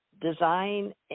design